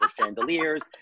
chandeliers